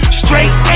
straight